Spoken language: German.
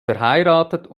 verheiratet